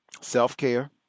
self-care